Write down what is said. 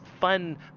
fun